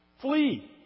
Flee